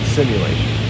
Simulation